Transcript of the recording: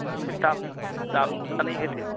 एसे दाम दामनानै होदो